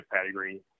pedigree